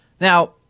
Now